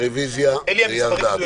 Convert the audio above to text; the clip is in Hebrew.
הרוויזיה ירדה.